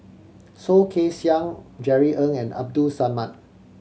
Soh Kay Siang Jerry Ng and Abdul Samad